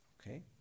Okay